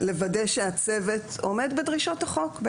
לוודא שהצוות עומד בדרישות החוק.